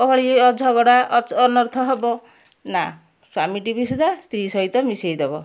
କଳି ଝଗଡ଼ା ଅନର୍ଥ ହେବ ନାଁ ସ୍ୱାମୀଟି ବି ସୁଧା ସ୍ତ୍ରୀ ସହିତ ମିଶାଇଦେବ